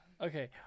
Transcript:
okay